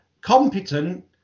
competent